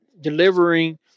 delivering